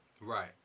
Right